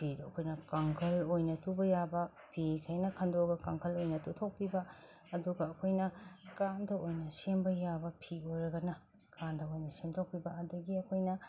ꯐꯤꯗꯣ ꯑꯩꯈꯣꯏꯅ ꯀꯥꯡꯈꯜ ꯑꯣꯏꯅ ꯇꯨꯕ ꯌꯥꯕ ꯐꯤꯈꯩꯅ ꯈꯅꯗꯣꯛꯑꯒ ꯀꯥꯡꯈꯜ ꯑꯣꯏꯅ ꯇꯨꯊꯣꯛꯄꯤꯕ ꯑꯗꯨꯒ ꯑꯩꯈꯣꯏꯅ ꯀꯥꯟꯙꯥ ꯑꯣꯏꯅ ꯁꯦꯝꯕ ꯌꯥꯕ ꯐꯤ ꯑꯣꯏꯔꯒꯅ ꯀꯥꯟꯙꯥ ꯑꯣꯏꯅ ꯁꯦꯝꯗꯣꯛꯄꯤꯕ ꯑꯗꯒꯤ ꯑꯩꯈꯣꯏꯅ